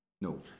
No